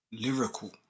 Lyrical